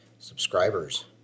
Subscribers